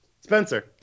spencer